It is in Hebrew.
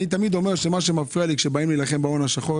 אני תמיד אומר שמה שמפריע לי כשבאים להילחם בהון השחור,